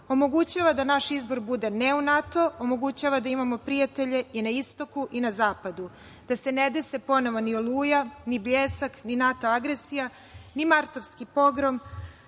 omogućava da naš izbor bude – ne u NATO, omogućava da imamo prijatelje i na istoku i na zapadu, da se ne dese ponovo ni „Oluja“, ni „Bljesak“, ni NATO agresija, ni martovski Pogrom,